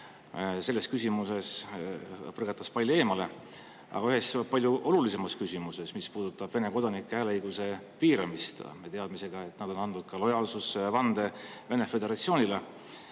selles küsimuses põrgatas palli eemale. Aga ühes palju olulisemas küsimuses, mis puudutab Vene kodanike hääleõiguse piiramist, teadmisega, et nad on andnud ka lojaalsusvande Vene Föderatsioonile.